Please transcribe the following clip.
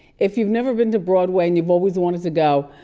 if you've never been to broadway and you've always wanted to go,